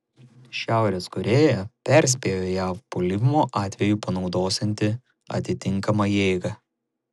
šiaurės korėja perspėjo jav puolimo atveju panaudosianti atitinkamą jėgą